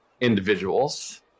individuals